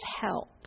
help